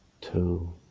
Two